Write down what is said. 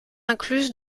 incluse